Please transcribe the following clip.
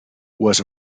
was